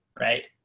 right